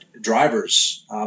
drivers